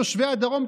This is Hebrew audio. תושבי הדרום,